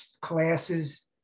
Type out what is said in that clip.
Classes